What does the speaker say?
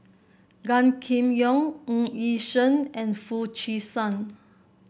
Gan Kim Yong Ng Yi Sheng and Foo Chee San